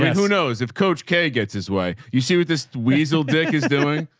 who knows if coach k gets his way, you see what this weasel dick is doing?